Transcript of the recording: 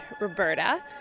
Roberta